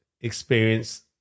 experience